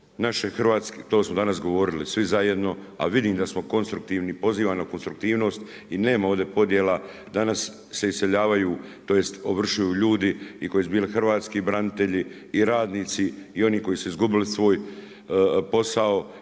pogledajmo, to smo danas govorili svi zajedno, a vidim da smo konstruktivni, pozivam na konstruktivnost i nema ovdje podjela, danas se iseljavaju tj. ovršuju ljudi koji su bili i hrvatski branitelji i radnici i oni koji su izgubili svoj posao